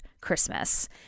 Christmas